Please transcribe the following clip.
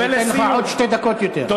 ואתן לך עוד שתי דקות יותר.